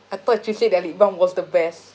I thought you say that lip balm was the best